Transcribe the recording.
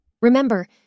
Remember